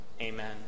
amen